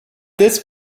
this